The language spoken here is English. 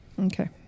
Okay